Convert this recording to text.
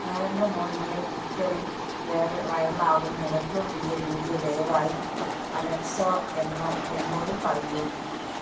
നരേന്ദ്ര മോദിയുടെ ട്വിറ്ററിൽ വയ്റലാകുന്ന ഏറ്റവും പുതിയ വീഡിയോ ദയവായി അലക്സോ എന്നോട് പറയൂ